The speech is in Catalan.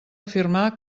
afirmar